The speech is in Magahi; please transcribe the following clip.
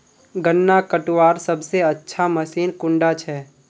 गन्ना कटवार सबसे अच्छा मशीन कुन डा छे?